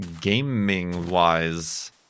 gaming-wise